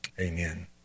Amen